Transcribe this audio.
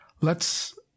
Let's—